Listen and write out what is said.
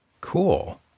Cool